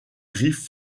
griffes